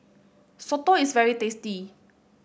Soto is very tasty